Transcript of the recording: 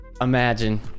imagine